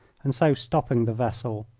and so stopping the vessel.